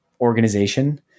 organization